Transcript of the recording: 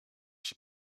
chce